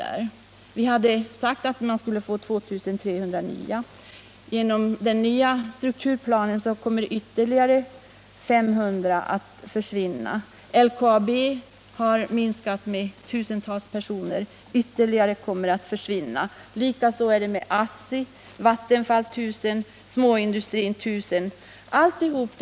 Det hade talats om 2 300 nya jobb. Genom 71 den nya strukturplanen kommer ytterligare 500 jobb att försvinna. LKAB har minskat med tusentals personer, och flera kommer att sluta. Likaså är det med ASSI. Vattenfall förlorar 1000 jobb och småindustrin likaså 1000 arbetstillfällen.